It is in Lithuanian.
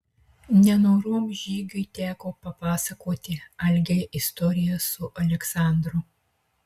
nenorom žygiui teko papasakoti algei istoriją su aleksandru